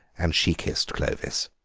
and she kissed clovis.